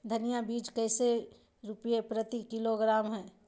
धनिया बीज कैसे रुपए प्रति किलोग्राम है?